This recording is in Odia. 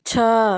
ଛଅ